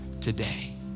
today